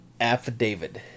affidavit